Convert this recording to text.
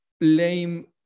lame